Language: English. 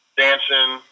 dancing